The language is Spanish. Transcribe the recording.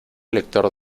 lector